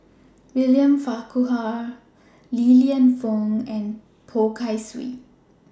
William Farquhar Li Lienfung and Poh Kay Swee